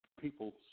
people